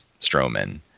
Strowman